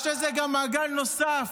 יש לזה גם מעגל נוסף,